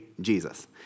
Jesus